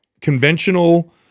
conventional